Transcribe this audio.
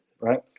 right